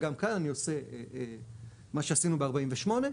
וגם כאן אני עושה מה שעשינו ב-1948,